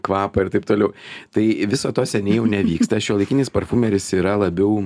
kvapą ir taip toliau tai viso to seniai jau nevyksta šiuolaikinis parfumeris yra labiau